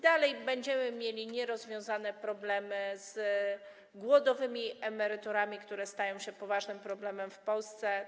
Dalej będziemy mieli nierozwiązane problemy z głodowymi emeryturami, które stają się poważnym zagadnieniem w Polsce.